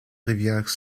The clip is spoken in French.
rivière